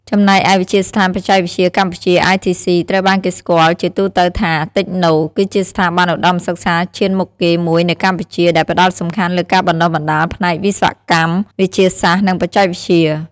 ចំណែកឯ វិទ្យាស្ថានបច្ចេកវិទ្យាកម្ពុជា ITC ត្រូវបានគេស្គាល់ជាទូទៅថា តិចណូ គឺជាស្ថាប័នឧត្តមសិក្សាឈានមុខគេមួយនៅកម្ពុជា ដែលផ្តោតសំខាន់លើការបណ្តុះបណ្តាលផ្នែកវិស្វកម្ម វិទ្យាសាស្ត្រ និងបច្ចេកវិទ្យា។